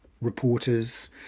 reporters